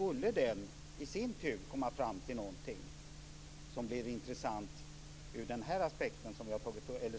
Skulle den i sin tur komma fram till någonting som är intressant ur den aspekt